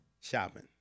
shopping